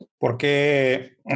porque